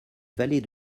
valet